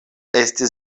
estis